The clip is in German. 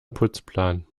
putzplan